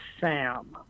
Sam